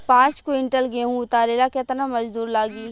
पांच किविंटल गेहूं उतारे ला केतना मजदूर लागी?